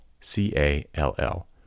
C-A-L-L